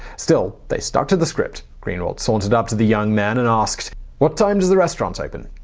still, they stuck to the script. greenwald sauntered up to the young man and asked what time does the restaurant open?